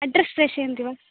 address प्रेषयन्ति वा